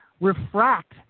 refract